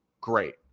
great